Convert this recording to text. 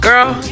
Girl